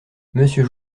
monsieur